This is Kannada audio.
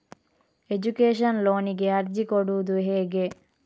ಎಜುಕೇಶನ್ ಲೋನಿಗೆ ಅರ್ಜಿ ಕೊಡೂದು ಹೇಗೆ?